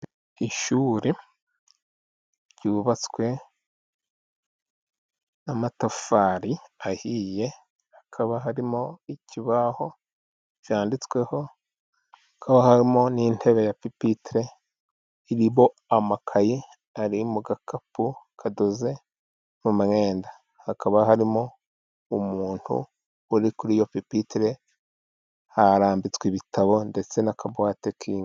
Ishuri ryubatswe n'amatafari ahiye ,hakaba harimo ikibaho cyanditsweho, hakaba harimo n'intebe ya pipitire iriho amakayi ari mu gakapu kadoze mu mwenda ,hakaba harimo umuntu uri kuri iyo pipitire, harambitswe ibitabo ndetse n'akabati kingwa.